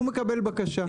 הוא מקבל בקשה,